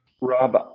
Rob